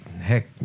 heck